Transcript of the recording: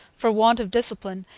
for want of discipline,